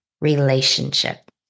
relationship